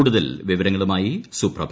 കൂടുതൽ വിവരങ്ങളുമായി സുപ്രഭ